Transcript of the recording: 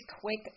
quick